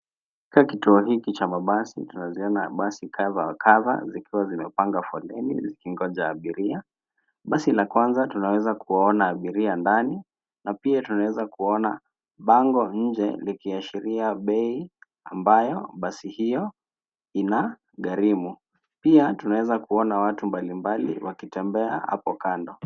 Katika kituo hiki cha mabasi tunaziona basi kadha wa kadha zikiwa zimepanga foleni zikingoja abiria. Basi la kwanza tunaweza kuwaona abiria ndani na pia tunaweza kuona bango nje likiashiria bei ambayo basi hiyo ina gharimu. Pia tunaweza kuona watu mbalimbali wakitembea hapo kando.